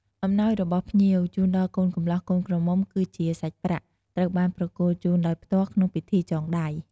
អំណោយរបស់ភ្ញៀវ ជូនដល់កូនកម្លោះកូនក្រមុំគឺជាសាច់ប្រាក់ ត្រូវបានប្រគល់ជូនដោយផ្ទាល់ក្នុងពិធីចងដៃ។